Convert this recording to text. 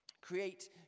create